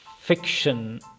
fiction